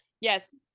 Yes